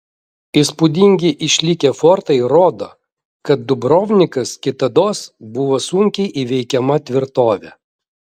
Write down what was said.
įspūdingi išlikę fortai rodo kad dubrovnikas kitados buvo sunkiai įveikiama tvirtovė